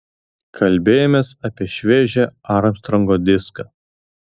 kalbėjomės apie šviežią armstrongo diską